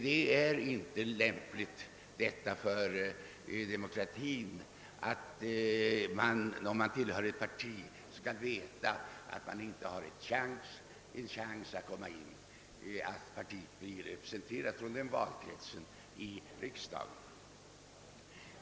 Det är inte lämpligt för demokratin att någon vet att hans parti inte har någon som helst utsikt att få en representant i riksdagen från hans valkrets.